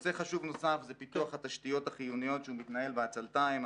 נושא חשוב נוסף זה פיתוח התשתיות החיונית שהוא מתנהל בעצלתיים.